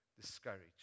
discouraged